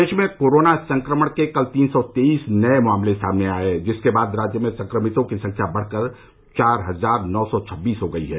प्रदेश में कोरोना संक्रमण के कल तीन सौ तेईस नए मामले सामने आये जिसके बाद राज्य में संक्रमितों की संख्या बढ़कर चार हजार नौ सौ छब्बीस हो गई है